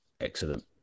excellent